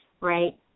right